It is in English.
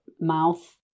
mouth